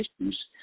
issues